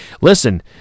Listen